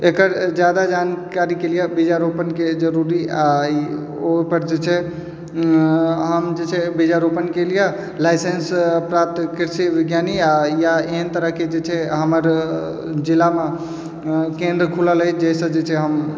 एकर जादा जानकारीके लिए बीजारोपणके जरूरी आओर ओहिपर जे छै हम जे छै बीजारोपणके लिए लाइसेंस प्राप्त कृषि विज्ञानी या एहन तरहके जे छै हमर जिलामे केन्द्र खुलल अछि जाहिसँ जे छै हम